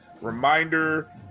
reminder